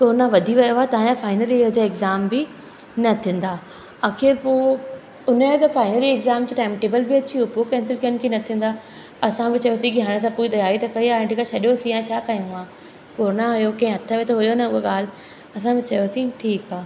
corona वधी वियो आहे तव्हांजा फाइनल ईयर जा एग्ज़ाम बि न थींदा आख़िर पोइ उन जो त फाइनल ईयर जे एग्ज़ाम जो टाइमटेबल बि अची वियो पोइ कैंसिल कयनि की न थींदा असां बि चयोसीं की हाणे असां पूरी तयारी त कई आहे हाणे ठीकु आहे छॾियोसीं हाणे छा कयूं आहे कोरोना हुओ कंहिं हथ में त हुओ न कोई ॻाल्हि असां बि चयोसीं ठीकु आहे